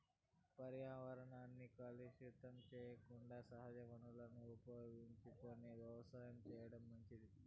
పర్యావరణాన్ని కలుషితం సెయ్యకుండా సహజ వనరులను ఉపయోగించుకొని వ్యవసాయం చేయటం మంచిది